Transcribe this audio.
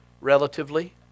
relatively